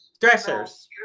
dressers